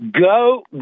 Go